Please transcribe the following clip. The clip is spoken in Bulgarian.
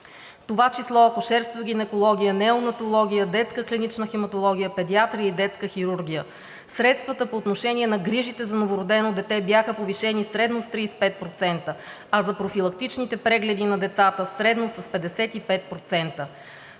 това число акушерство и гинекология, неонатология, детска клинична хематология, педиатрия и детска хирургия. Средствата по отношение на грижите за новородено дете бяха повишени средно с 35%, а за профилактичните прегледи на децата – средно с 55%.